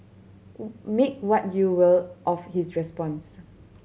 make what you will of his response